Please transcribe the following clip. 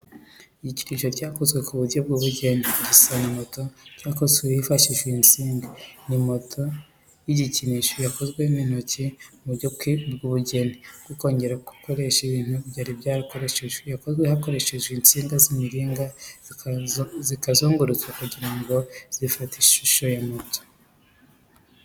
Igikinisho cyakozwe mu buryo bw’ubugeni, gisa na moto, cyakozwe hifashishijwe insinga. Ni moto y’igikinisho yakozwe n’intoki, mu buryo bw’ubugeni bwo kongera gukoresha ibintu byari byarakoreshejwe. Yakozwe hakoreshejwe insinga z’imiringa zikazungurutswa kugira ngo zifate ishusho ya moto.